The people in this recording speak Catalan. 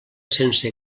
sense